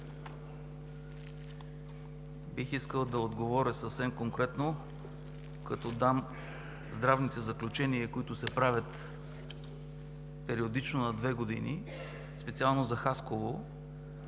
Бих искал да отговоря съвсем конкретно като дам здравните заключения, които се правят периодично на две години специално за Хасково.